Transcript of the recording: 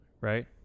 right